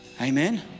Amen